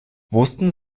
wussten